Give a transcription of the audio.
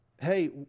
Hey